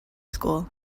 school